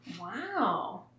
Wow